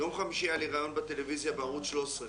ביום חמישי היה לי ראיון בטלוויזיה בערוץ 13,